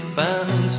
found